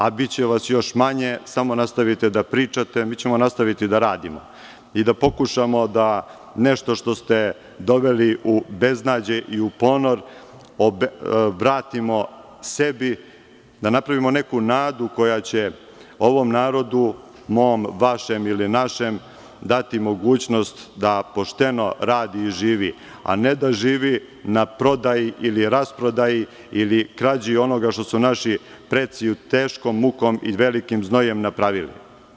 A biće vas još manje, samo nastavite da pričate a mi ćemo nastaviti da radimo i da pokušamo da nešto što ste doveli u beznađe i u ponor vratimo sebi, da napravimo neku nadu koja će ovom narodu, mom, vašem ili našem, dati mogućnost da pošteno radi i živi, a ne da živi na prodaji ili rasprodaji ili krađi onoga što su naši preci teškom mukom i velikim znojem napravili.